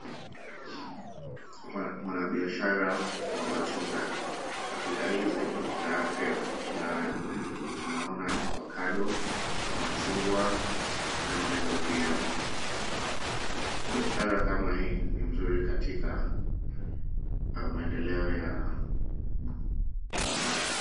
Mwanabiashara wa matunda, matunda hizi ni za afya, tunaona avocado , machungwa na maembe pia. Biashara kama hii ni mzuri katika maendeleo ya mtaa.